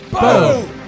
boom